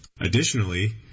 Additionally